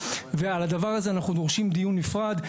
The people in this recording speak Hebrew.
ועל הדבר הזה אנחנו דורשים דיון נפרד.